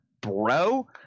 bro